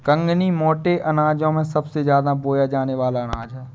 कंगनी मोटे अनाजों में सबसे ज्यादा बोया जाने वाला अनाज है